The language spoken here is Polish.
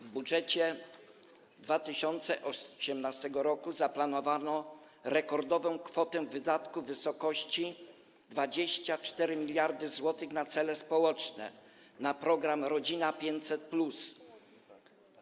W budżecie 2018 r. zaplanowano rekordową kwotę wydatków w wysokości 24 mld zł na cele społeczne, na program „Rodzina 500+”